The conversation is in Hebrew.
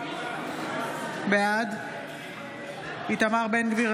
בעד איתמר בן גביר,